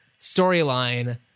storyline